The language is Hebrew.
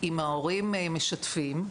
האם ההורים משתפים.